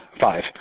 Five